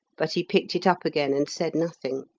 but he picked it up again, and said nothing.